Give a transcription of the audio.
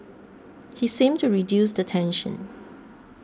he seemed to reduce the tension